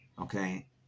okay